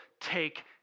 take